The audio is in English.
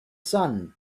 sun